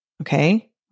Okay